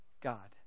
God